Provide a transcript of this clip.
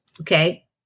Okay